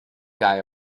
guy